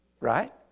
right